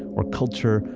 or culture,